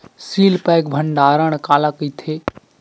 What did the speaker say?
Seal pack भंडारण काला कइथे?